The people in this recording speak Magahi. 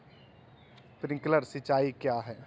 प्रिंक्लर सिंचाई क्या है?